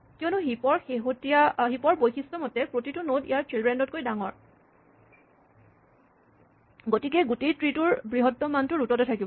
কিয়নো হিপ ৰ বৈশিষ্ট মতে প্ৰতিটো নড ইয়াৰ চিল্ড্ৰেন তকৈ ডাঙৰ গতিকে গোটেই ট্ৰী টোৰ বৃহত্তম মানটো ৰোট তে থাকিব